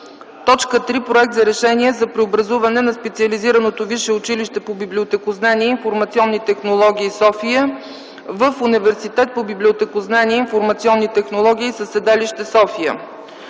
3. Проект за Решение за преобразуване на Специализираното висше училище по библиотекознание и информационни технологии – София, в Университет по библиотекознание и информационни технологии със седалище София.